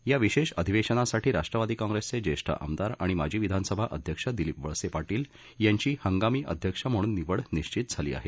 या विशेष अधिवेशनस्त्री राष्ट्रिवरी काँग्रेसचे ज्येष्ठ आमदराआणि मजी विधनिसभाअध्यक्ष दिलीप वळसे पटील यज्ञी हंगती अध्यक्ष म्हणून निवड निशित झल्ली आहे